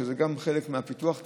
שגם זה חלק מהפיתוח.